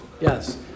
yes